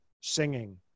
singing